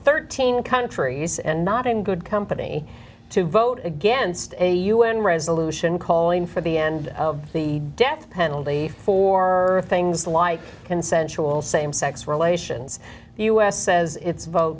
thirteen countries and not in good company to vote against a u n resolution calling for the end of the death penalty for things like consensual same sex relations the u s says its vote